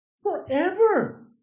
Forever